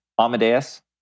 Amadeus